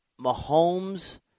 Mahomes